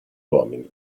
uomini